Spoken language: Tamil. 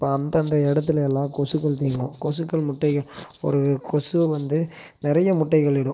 இப்போ அந்தந்த இடத்துலேலாம் கொசுக்கள் தேங்கும் கொசுக்கள் முட்டை ஒரு கொசு வந்து நிறைய முட்டைகள் இடும்